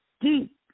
deep